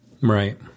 Right